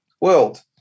world